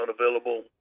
unavailable